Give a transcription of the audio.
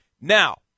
now